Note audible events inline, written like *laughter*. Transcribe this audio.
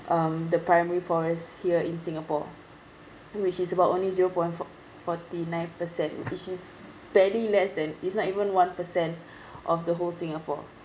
um the primary forest here in singapore which is about only zero point fo~ forty nine percent which is barely less than it's not even one per cent *breath* of the whole singapore